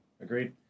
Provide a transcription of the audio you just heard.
Agreed